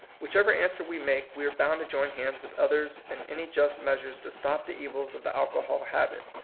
whichever answer we make, we are bound to join hands with others in any just measures to stop the evils of the alcohol habit.